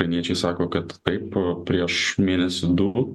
ukrainiečiai sako kad taip prieš mėnesį du